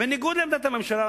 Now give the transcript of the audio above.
בניגוד לעמדת הממשלה,